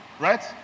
Right